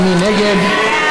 ומי נגד?